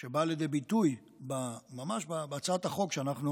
שבאה לידי ביטוי ממש בהצעת החוק שאנחנו